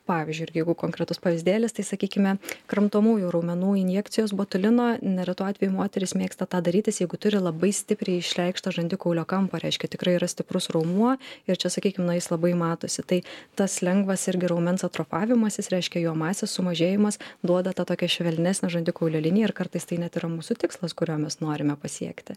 pavyzdžiuiir jeigu konkretus pavyzdėlis tai sakykime kramtomųjų raumenų injekcijos botulino neretu atveju moterys mėgsta tą darytis jeigu turi labai stipriai išreikštą žandikaulio kampą reiškia tikrai yra stiprus raumuo ir čia sakykime na jis labai matosi tai tas lengvas irgi raumens atrofavimasis reiškia jo masės sumažėjimas duoda tą tokią švelnesnę žandikaulio liniją ir kartais tai net ir mūsų tikslas kurio mes norime pasiekti